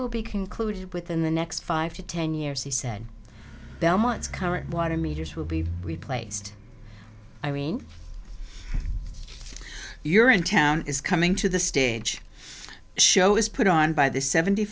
will be concluded within the next five to ten years he said belmont's current water meters will be replaced i mean you're in town is coming to the stage show is put on by the seventy